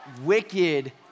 wicked